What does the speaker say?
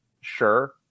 sure